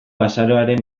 azaroaren